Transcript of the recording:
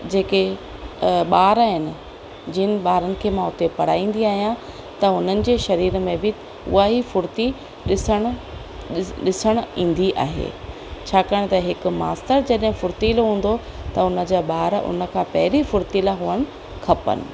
जेके ॿार आहिनि जिनि ॿारनि खे मां उते पढ़ाईंदी आहियां त उन्हनि जे शरीर में बि उहा ई फुर्ती ॾिसणु ॾिसणु ईंदी आहे छाकाणि हिकु मास्तरु जॾहिं फुर्तीलो हूंदो त उन जा ॿार उन खां पहिरीं फुर्तीला हुअणु खपनि